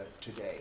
today